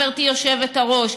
גברתי היושבת-ראש,